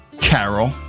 Carol